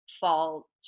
fall